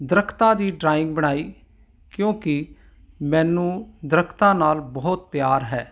ਦਰਖਤਾਂ ਦੀ ਡਰਾਇੰਗ ਬਣਾਈ ਕਿਉਂਕਿ ਮੈਨੂੰ ਦਰਖਤਾਂ ਨਾਲ ਬਹੁਤ ਪਿਆਰ ਹੈ